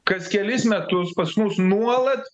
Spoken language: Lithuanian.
kas kelis metus pas mus nuolat